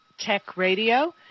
TechRadio